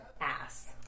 ass